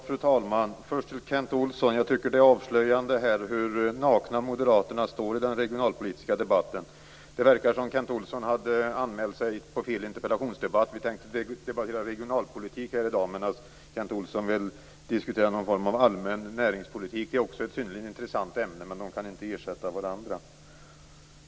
Fru talman! Först vill jag säga till Kent Olsson att jag tycker att det är avslöjande hur nakna moderaterna står i den regionalpolitiska debatten. Det verkar som om Kent Olsson har anmält sig till fel interpellationsdebatt. Vi tänkte debattera regionalpolitik här i dag, men Kent Olsson vill diskutera allmän näringspolitik. Det är också ett synnerligen intressant ämne, men de kan inte ersätta varandra.